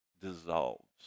dissolves